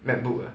MacBook ah